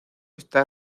está